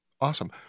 Awesome